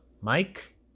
Mike